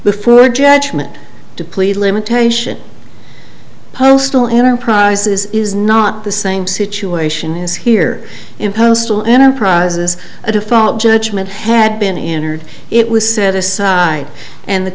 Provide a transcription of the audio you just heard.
before judgement to plead limitation postal enterprises is not the same situation is here in postal enterprises a default judgment had been entered it was set aside and the